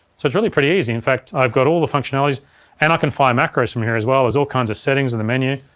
so it's really pretty easy, in fact i've got all the functionalities and i can fire macros from here as well, there's all kinds of settings in the menu.